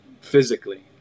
physically